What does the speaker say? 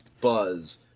buzz